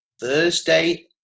Thursday